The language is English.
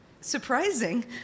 Surprising